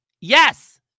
Yes